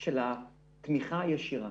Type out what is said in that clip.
של התמיכה הישירה.